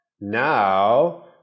now